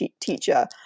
teacher